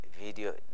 video